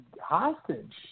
hostage